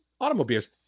automobiles